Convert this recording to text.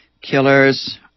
killers